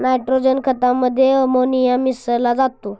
nitrogen खतामध्ये ammonia मिसळा जातो